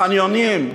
בחניונים,